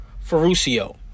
Ferruccio